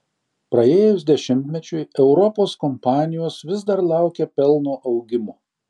praėjus dešimtmečiui europos kompanijos vis dar laukia pelno augimo